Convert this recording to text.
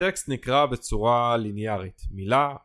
הטקסט נקרא בצורה ליניארית, מילה